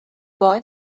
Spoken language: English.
boy